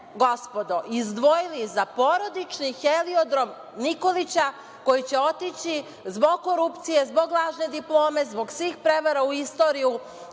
ste izdvojili za porodični heliodrom Nikolića, koji će otići zbog korupcije, zbog lažne diplome, zbog svih prevara u istoriji,